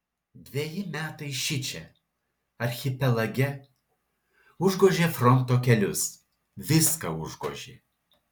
dveji metai šičia archipelage užgožė fronto kelius viską užgožė